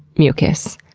mucus.